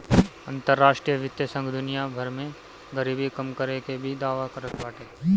अंतरराष्ट्रीय वित्तीय संघ दुनिया भर में गरीबी कम करे के भी दावा करत बाटे